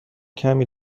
کمی